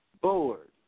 Board